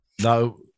no